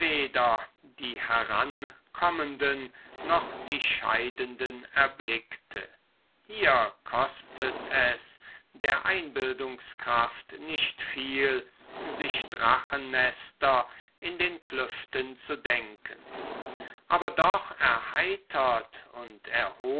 die herankommenden noch die scheidenden erblickte hier kostet es der einbildungskraft nicht viel sich drachennester in den klüften zu denken aber doch erheitert und